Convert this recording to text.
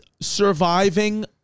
surviving